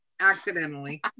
Accidentally